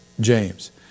James